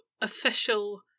official